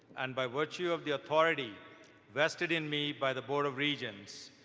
and by virtue of the authority vested in me by the board of regents,